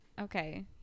Okay